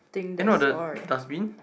eh not the dustbin